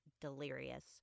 delirious